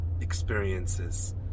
experiences